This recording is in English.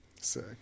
Sick